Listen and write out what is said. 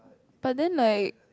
but then like